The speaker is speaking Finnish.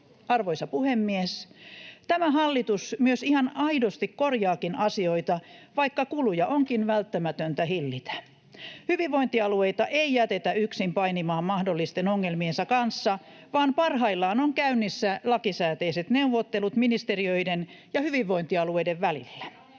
Arvoisa puhemies! Tämä hallitus myös ihan aidosti korjaakin asioita, vaikka kuluja onkin välttämätöntä hillitä. Hyvinvointialueita ei jätetä yksin painimaan mahdollisten ongelmiensa kanssa, vaan parhaillaan on käynnissä lakisääteiset neuvottelut ministeriöiden ja hyvinvointialueiden välillä.